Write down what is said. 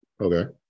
Okay